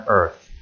earth